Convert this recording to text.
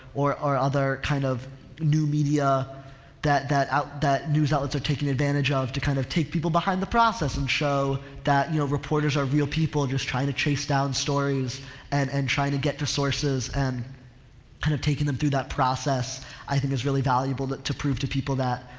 or other kind of new media that, that, out, that news outlets are taking advantage ah of to kind of take people behind the process and show that, you know, reporters are real people just trying to chase down stories and, and trying to get to sources and kind of taking them through that process i think is really valuable that, to prove to people that,